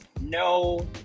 no